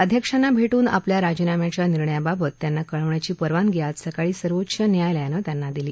अध्यक्षांना भेट्रन आपल्या राजीनाम्याच्या निर्णयाबाबत त्यांना कळवण्याची परवानगी आज सकाळी सर्वोच्च न्यायालयानं त्यांना दिली